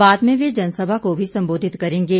बाद में वे जनसभा को भी संबोधित करेंगे